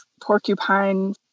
porcupine